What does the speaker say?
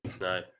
No